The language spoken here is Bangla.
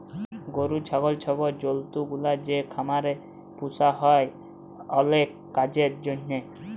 গরু, ছাগল ছব জল্তুগুলা যে খামারে পুসা হ্যয় অলেক কাজের জ্যনহে